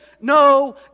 no